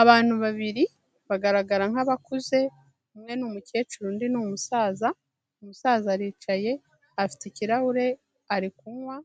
Abantu babiri bagaragara nk'abakuze, umwe ni umukecuru undi ni umusaza, umusaza aricaye, afite ikirahure ari kunywa,